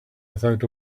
without